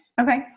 Okay